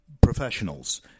professionals